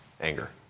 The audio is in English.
anger